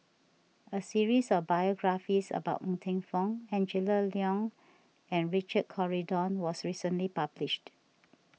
a series of biographies about Ng Eng Teng Angela Liong and Richard Corridon was recently published